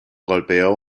golpeó